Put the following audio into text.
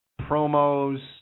promos